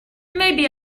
maybe